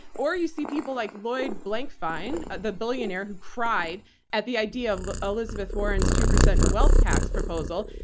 or or you see people like lloyd blankfein, the billionaire who cried at the idea of elizabeth warren's two percent wealth tax proposal.